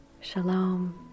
Shalom